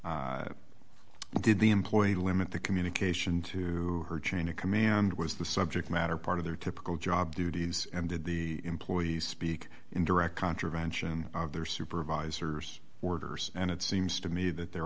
on did the employee limit the communication to her chain of command was the subject matter part of their typical job duties and did the employees speak in direct contravention of their supervisors orders and it seems to me that there